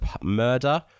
murder